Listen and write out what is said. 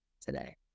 today